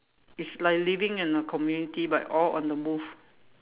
it's like living in a community but all on the move